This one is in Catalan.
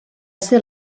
ser